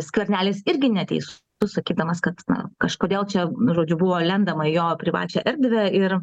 skvernelis irgi neteisus sakydamas kad na kažkodėl čia žodžiu buvo lendama į jo privačią erdvę ir